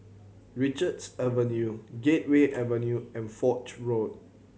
Richards Avenue Gateway Avenue and Foch Road